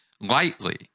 lightly